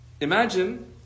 imagine